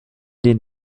den